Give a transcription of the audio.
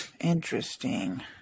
Interesting